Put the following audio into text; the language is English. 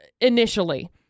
initially